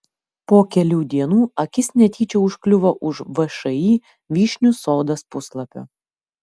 po kelių dienų akis netyčia užkliuvo už všį vyšnių sodas puslapio